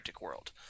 world